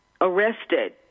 arrested